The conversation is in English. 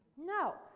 no.